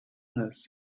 this